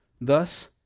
Thus